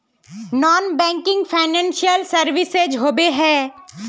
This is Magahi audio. नॉन बैंकिंग फाइनेंशियल सर्विसेज होबे है?